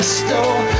store